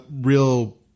real